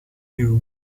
you